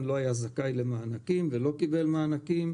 לא היה זכאי למענקים ולא קיבל מענקים.